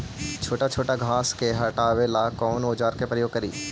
छोटा छोटा घास को हटाबे ला कौन औजार के प्रयोग करि?